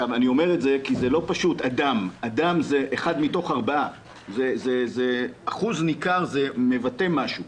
אני אומר את זה כי זה לא פשוט אדם זה אחד מתוך ארבעה וזה מבטא משהו,